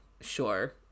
Sure